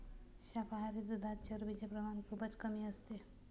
शाकाहारी दुधात चरबीचे प्रमाण खूपच कमी असते